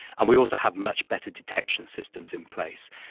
and we also have much better detection systems in place,